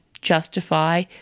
justify